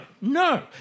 no